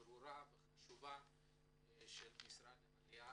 הברוכה והחשובה של משרד העלייה